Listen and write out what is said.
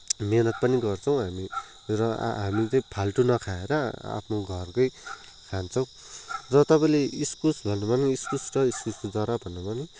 मेहनत पनि गर्छौँ हामी र हामी चाहिँ फाल्टु नखाएर आफ्नो घरकै खान्छौँ र तपाईँले इस्कुस भन्नुभयो नि इस्कुस र इस्कुसको जरा भन्नुभयो नि